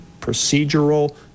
procedural